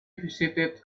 visited